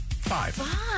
five